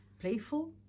playful